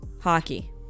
Hockey